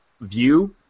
view